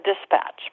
dispatch